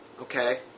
Okay